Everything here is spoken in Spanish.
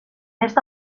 esta